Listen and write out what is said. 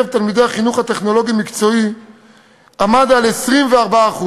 תלמידי החינוך הטכנולוגי-מקצועי עמד על 24%,